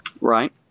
Right